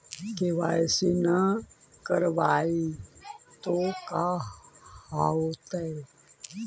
KYC न करवाई तो का हाओतै?